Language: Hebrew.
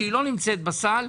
שלא נמצאת בסל,